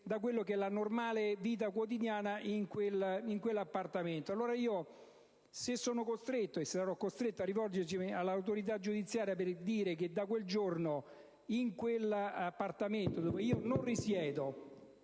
da quella che è la quotidianità in quell'appartamento. Ma se sono costretto, e sarò costretto, a rivolgermi all'autorità giudiziaria per dire che, da quel giorno, in quell'appartamento, dove io non risiedo,